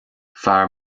fear